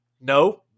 no